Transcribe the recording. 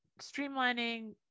streamlining